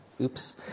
oops